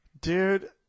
Dude